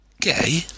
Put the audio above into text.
Gay